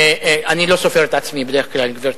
אני לא סופר את עצמי בדרך כלל, גברתי.